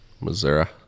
Missouri